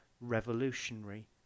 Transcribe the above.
revolutionary